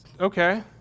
Okay